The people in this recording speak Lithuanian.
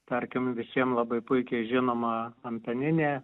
tarkim visiem labai puikiai žinoma antaninė